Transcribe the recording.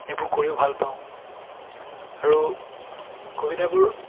সেইবোৰ কৰিও ভাল পাওঁ আৰু কবিতাবোৰ